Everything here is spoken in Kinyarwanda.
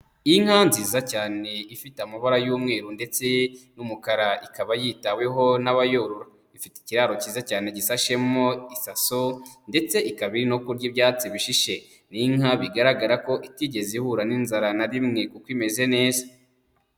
Inka nziza cyane ifite amabara y'umweru ndetse n'umukara, ikaba yitaweho n'abayorora, ifite ikiraro cyiza cyane gisashemo isaso ndetse ikaba iri no kurya ibyatsi bishishe, ni inka bigaragara ko itigeze ihura n'inzara na rimwe kuko imeze neza.